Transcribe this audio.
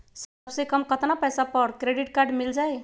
सबसे कम कतना पैसा पर क्रेडिट काड मिल जाई?